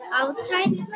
outside